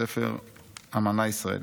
הספר "אמנה ישראלית",